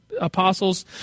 apostles